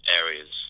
areas